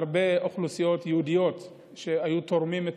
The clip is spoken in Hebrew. שהרבה אוכלוסיות יהודיות היו תורמות את